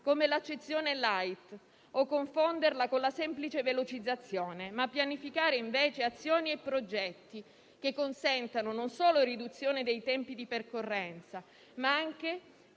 come l'accezione *light* o confonderla con la semplice velocizzazione, e pianificare invece azioni e progetti che consentano non solo una riduzione dei tempi di percorrenza, ma anche